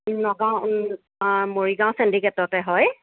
নগাঁও মৰিগাঁও চেণ্ডিকেটতে হয়